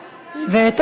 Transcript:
רגע, רגע, וגם אני.